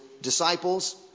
disciples